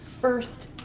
first